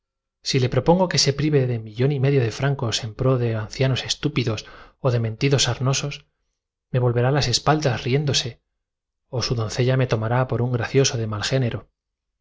si le propongo que se prive de millón y medio de francos en pro de ancia f estúpidos de mentidos sarnosos me volverá las espaldas rién nos dose o su o doncella me tomará por un gracioso de mal género